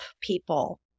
people